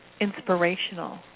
inspirational